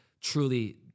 truly